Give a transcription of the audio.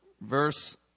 Verse